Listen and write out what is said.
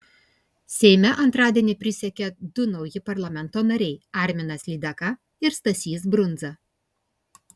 seime antradienį prisiekė du nauji parlamento nariai arminas lydeka ir stasys brundza